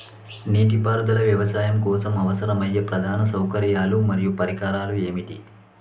నీటిపారుదల వ్యవసాయం కోసం అవసరమయ్యే ప్రధాన సౌకర్యాలు మరియు పరికరాలు ఏమిటి?